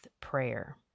prayer